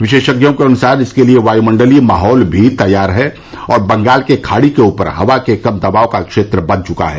विशेषज्ञों के अनुसार इसके लिए वायुमण्डलीय माहौल भी तैयार है और बंगाल के खाड़ी के ऊपर हवा के कम दबाव का क्षेत्र बन चुका है